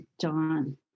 John